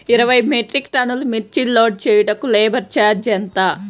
ఇరవై మెట్రిక్ టన్నులు మిర్చి లోడ్ చేయుటకు లేబర్ ఛార్జ్ ఎంత?